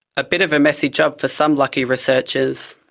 a bit of a messy job for some lucky researchers.